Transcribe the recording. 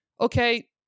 okay